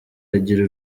agira